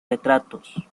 retratos